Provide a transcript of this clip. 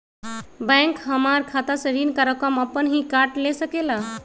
Bank हमार खाता से ऋण का रकम अपन हीं काट ले सकेला?